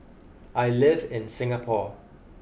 I live in Singapore